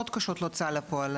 מאוד קשות להוצאה לפועל,